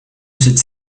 cette